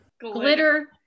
Glitter